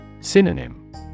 Synonym